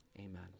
amen